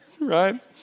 right